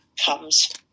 Comes